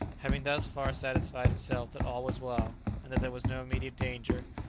having thus far satisfied himself that all was well, and that there was no immediate danger,